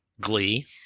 Glee